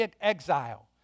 exile